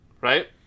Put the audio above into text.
Right